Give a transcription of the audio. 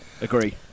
Agree